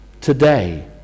today